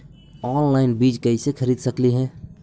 Online बीज कईसे खरीद सकली हे?